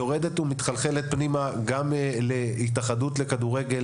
יורדת ומחלחלת פנימה גם להתאחדות לכדורגל,